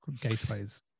gateways